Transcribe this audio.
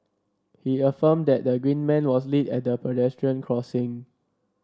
he affirmed that the green man was lit at the pedestrian crossing